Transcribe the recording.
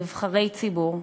נבחרי ציבור,